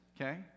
okay